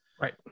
right